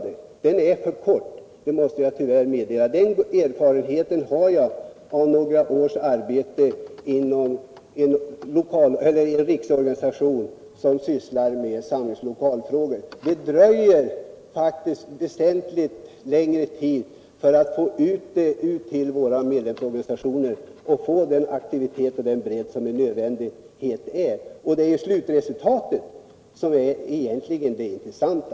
Denna kartläggningsperiod var för kort — det måste jag tyvärr konstatera bl.a. mot bakgrund av den erfarenhet jag har av några års arbete inom en riksorganisation som sysslar med samlingslokalfrågor. Det tar faktiskt väsentligt längre tid än man här räknat med att få ut sådana frågor till medlemsorganisationerna och åstadkomma den aktivitet och den bredd som erfordras. Och det är ju slutresultatet som egentligen är det intressanta.